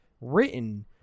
written